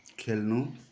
खेल्नु